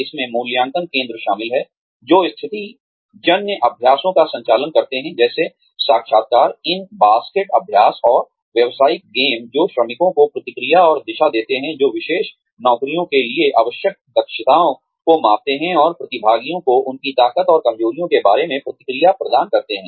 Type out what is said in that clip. इसमें मूल्यांकन केंद्र शामिल हैं जो स्थितिजन्य अभ्यासों का संचालन करते हैं जैसे साक्षात्कार इन बास्केट अभ्यास और व्यावसायिक गेम जो श्रमिकों को प्रतिक्रिया और दिशा देते हैं जो विशेष नौकरियों के लिए आवश्यक दक्षताओं को मापते हैं और प्रतिभागियों को उनकी ताकत और कमजोरियों के बारे में प्रतिक्रिया प्रदान करते हैं